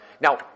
Now